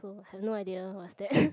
I have no idea what's that